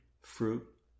fruit